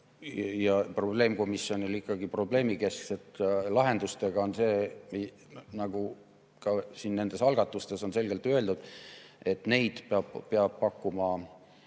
ja probleemkomisjonis probleemikesksete lahendustega on nii, nagu ka siin nendes algatustes on selgelt öeldud, et neid peab pakkuma